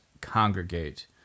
congregate